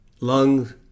Lungs